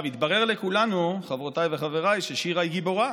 התברר לכולנו, חברותיי וחבריי, ששירה היא גיבורה.